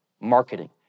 marketing